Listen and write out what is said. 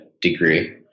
degree